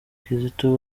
kizito